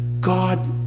God